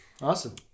Awesome